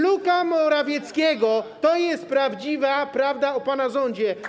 Luka Morawieckiego - to jest prawdziwa prawda o pana rządzie.